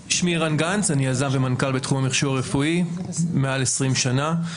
אני יזם ומנכ"ל בתחום המכשור הרפואי, מעל 20 שנים.